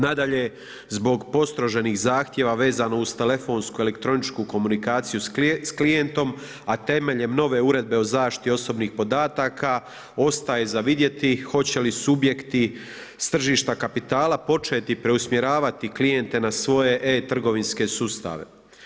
Nadalje, zbog postroženih zahtjeva vezano uz telefonski elektroničku komunikaciju s klijentom a temeljem nove uredbe o zaštiti osobnih podataka, ostaje za vidjeti hoće li subjekti s tržišta kapitala početi preusmjeravati klijente na svoje e-trgovinske sustave.